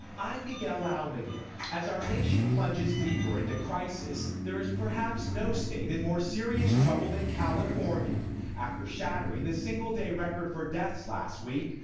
i'm miguel ah almaguer as our nation plunges deeper into crisis, there is perhaps no state in more serious trouble than california after shattering the single-day record for deaths last week,